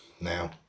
now